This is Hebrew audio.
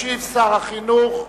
ישיב שר החינוך,